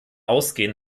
ausgehen